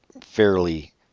fairly